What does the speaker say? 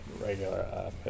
regular